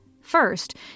First